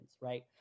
right